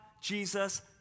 Jesus